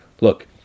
Look